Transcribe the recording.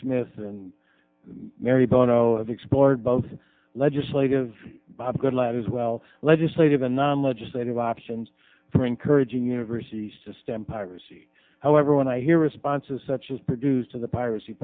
smith and mary bono explored both legislative bob goodlatte as well legislative a non legislative options for encouraging universities to stem piracy however when i hear responses such as produce to the piracy